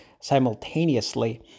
simultaneously